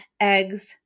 eggs